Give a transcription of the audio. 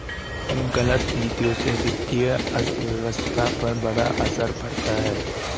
गलत नीतियों से वित्तीय अर्थव्यवस्था पर बड़ा असर पड़ता है